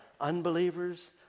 unbelievers